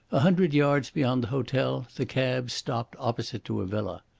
a hundred yards beyond the hotel the cab stopped opposite to a villa.